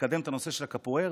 לקדם את הנושא של הקפוארה,